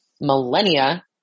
millennia